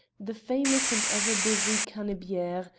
the famous and ever busy cannebiere,